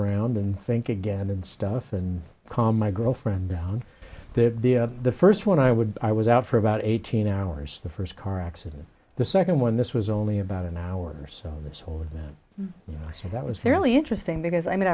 around and think again and stuff and calm my girlfriend down that dia the first one i would i was out for about eighteen hours the first car accident the second one this was only about an hour or so this whole event so that was fairly interesting because i mean